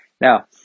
Now